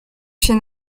się